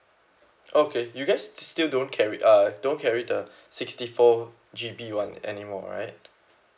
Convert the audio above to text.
okay you guys still don't carry err don't carry the sixty four G_B one anymore right